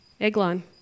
Eglon